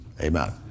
Amen